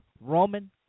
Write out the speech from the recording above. Roman